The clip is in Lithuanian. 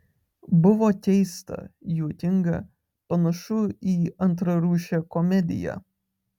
buvo keista juokinga panašu į antrarūšę komediją